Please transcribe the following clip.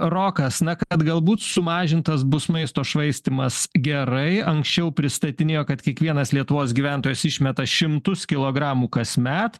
rokas na kad galbūt sumažintas bus maisto švaistymas gerai anksčiau pristatinėjo kad kiekvienas lietuvos gyventojas išmeta šimtus kilogramų kasmet